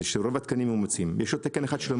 זה שרוב התקנים --- יש עוד תקן אחד שלא